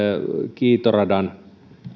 kiitoradan